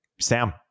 Sam